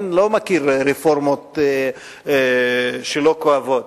אני לא מכיר רפורמות שלא כואבות,